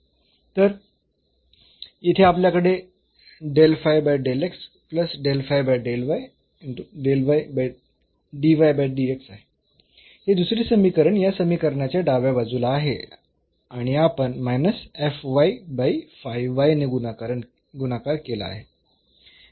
तर येथे आपल्याकडे हे आहे हे दुसरे समीकरण या समीकरणाच्या डाव्या बाजूला आहे आणि आपण ने गुणाकार केला आहे